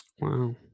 Wow